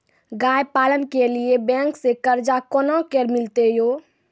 गाय पालन के लिए बैंक से कर्ज कोना के मिलते यो?